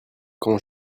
quand